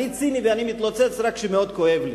אני ציני ואני מתלוצץ רק כשמאוד כואב לי,